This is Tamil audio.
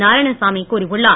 நாராயணசாமி கூறியுள்ளார்